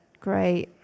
Great